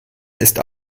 ist